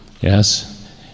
yes